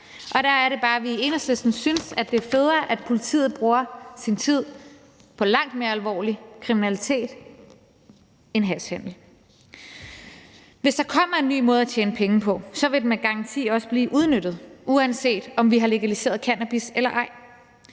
ej. Der er det bare, vi i Enhedslisten synes, at det er federe, at politiet bruger sin tid på langt mere alvorlig kriminalitet end hashhandel. Hvis der kommer en ny måde at tjene penge på, så vil den med garanti også blive udnyttet, uanset om vi har legaliseret cannabis eller ej.